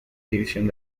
división